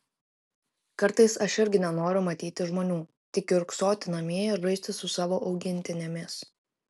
kartais aš irgi nenoriu matyti žmonių tik kiurksoti namie ir žaisti su savo augintinėmis